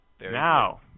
Now